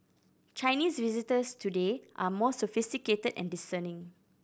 Chinese visitors today are more sophisticated and discerning